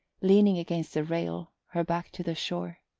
leaning against the rail, her back to the shore.